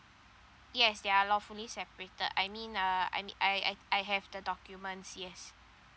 yes they are lawfully separated I mean uh I mean I I I have the documents yes